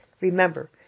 Remember